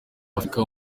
afurika